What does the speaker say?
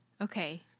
Okay